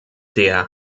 der